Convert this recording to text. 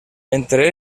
entre